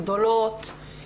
גדולות,